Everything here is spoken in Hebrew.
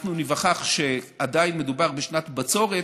אנחנו ניווכח שעדיין מדובר בשנת בצורת,